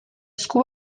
esku